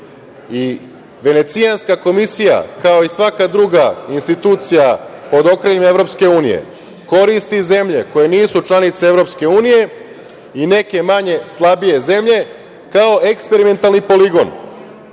Venecijanka komisija, kao i svaka druga institucija pod okriljem EU, koristi zemlje koje nisu članice EU i neke manje slabije zemlje kao eksperimentalni poligon.